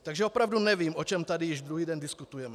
Takže opravdu nevím, o čem tady již druhý den diskutujeme.